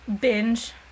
binge